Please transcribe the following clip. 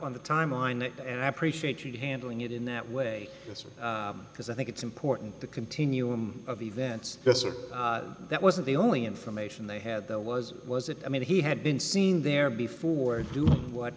n the timeline and i appreciate you handling it in that way because i think it's important the continuum of events this or that wasn't the only information they had there was was it i mean he had been seen there before do what